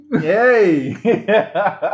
Yay